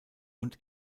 und